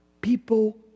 People